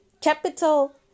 capital